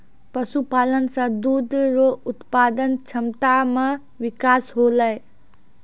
पशुपालन से दुध रो उत्पादन क्षमता मे बिकास होलै